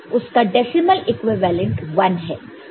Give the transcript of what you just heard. उसका decimal equivalent 1 है